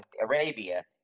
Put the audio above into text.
Arabia